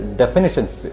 definitions